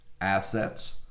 assets